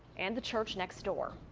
and the church next door.